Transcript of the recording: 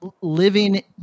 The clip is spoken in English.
living